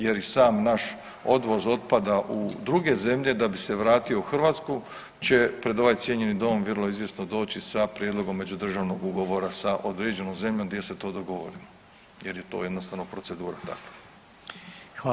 Jer i sam naš odvoz otpada u druge zemlje da bi se vratio u Hrvatsku će pred ovaj cijenjeni Dom vrlo izvjesno doći sa prijedlogom međudržavnog ugovora sa određenom zemljom gdje se to dogovorilo jer je to jednostavno procedura takva.